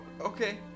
okay